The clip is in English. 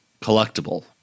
collectible